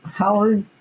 howard